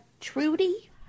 Trudy